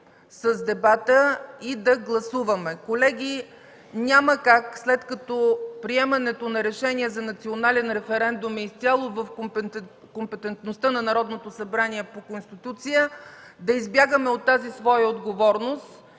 с дебата и да гласуваме. Колеги, няма как, след като приемането на решение за национален референдум е изцяло в компетентността на Народното събрание по Конституция, да избягаме от тази своя отговорност